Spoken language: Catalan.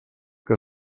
que